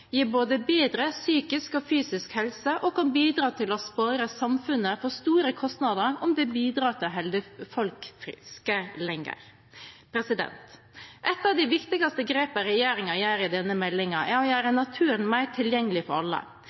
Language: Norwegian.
gir både bedre psykisk og fysisk helse og kan bidra til å spare samfunnet for store kostnader om det bidrar til å holde folk friske lenger. Et av de viktigste grepene regjeringen gjør i denne meldingen, er å gjøre naturen mer tilgjengelig for alle.